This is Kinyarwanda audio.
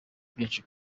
byinshi